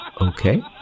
Okay